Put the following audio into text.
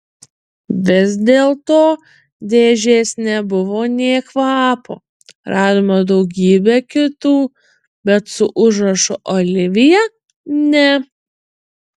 vis dėlto dėžės nebuvo nė kvapo radome daugybę kitų bet su užrašu olivija ne